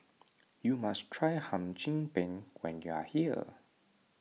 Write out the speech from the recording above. you must try Hum Chim Peng when you are here